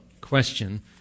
question